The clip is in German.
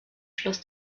schloss